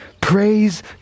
Praise